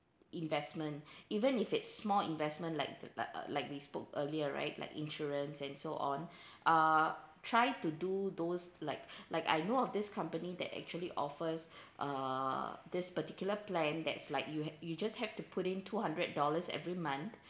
investment even if it's small investment like uh like we spoke earlier right like insurance and so on uh try to do those like like I know of this company that actually offers uh this particular plan that's like you ha~ you just have to put in two hundred dollars every month